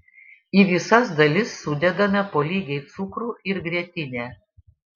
į visas dalis sudedame po lygiai cukrų ir grietinę